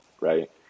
right